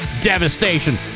devastation